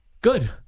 Good